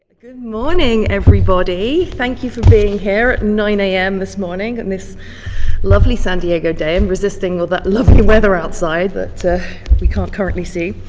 good morning, everybody. thank you for being here at nine a m. this morning on this lovely san diego day and resisting all that lovely weather outside that we can't currently see.